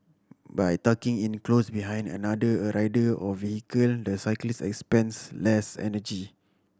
by tucking in close behind another a rider or vehicle the cyclist expends less energy